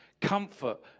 comfort